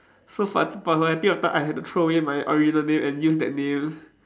so for for a period of the time I had to throw away my original name and use that name